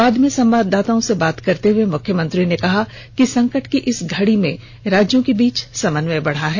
बाद में संवाददाताओं से बात करते हुए मुख्यमंत्री ने कहा कि संकट की इस घड़ी में राज्यों के बीच समन्वय बढ़ा है